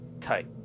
Tight